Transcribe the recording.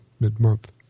Mid-month